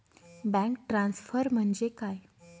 Bank transfer म्हणजे काय?